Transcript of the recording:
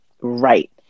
Right